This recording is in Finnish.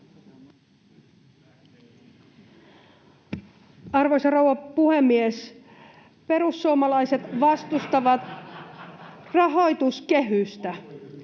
Arvoisa rouva puhemies! Perussuomalaiset vastustavat rahoituskehystä.